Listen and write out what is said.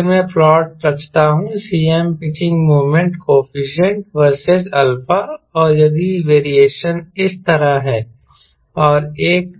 अगर मैं प्लॉट रचता हूं Cm pitching moment coefficient versus α और यदि वेरिएशन इस तरह है और एक